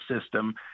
system